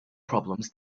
problems